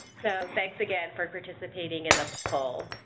so, thanks again for participating in the poll.